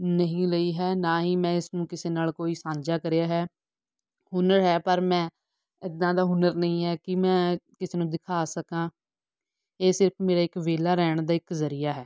ਨਹੀਂ ਲਈ ਹੈ ਨਾ ਹੀ ਮੈਂ ਇਸਨੂੰ ਕਿਸੇ ਨਾਲ ਕੋਈ ਸਾਂਝਾ ਕਰਿਆ ਹੈ ਹੁਨਰ ਹੈ ਪਰ ਮੈਂ ਇੱਦਾਂ ਦਾ ਹੁਨਰ ਨਹੀਂ ਹੈ ਕਿ ਮੈਂ ਕਿਸੇ ਨੂੰ ਦਿਖਾ ਸਕਾਂ ਇਹ ਸਿਰਫ਼ ਮੇਰਾ ਇੱਕ ਵਿਹਲਾ ਰਹਿਣ ਦਾ ਇੱਕ ਜ਼ਰੀਆ ਹੈ